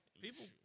people